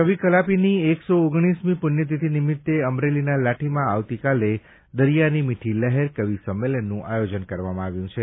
કવિ કલાપીની એક સો ઓગણીસમી પુણ્યતિથી નિમિત્તે અમરેલીના લાઠીમાં આવતીકાલે દરિયાની મીઠી લહેર કવિ સંમેલનનું આયોજન કરવામાં આવ્યું છે